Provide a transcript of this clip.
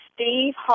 Steve